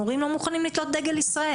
מורים לא מוכנים ללמוד בישראל.